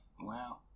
Wow